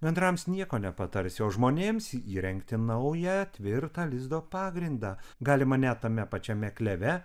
gandrams nieko nepatarsi o žmonėms įrengti naują tvirtą lizdo pagrindą galima net tame pačiame kleve